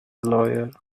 lawyer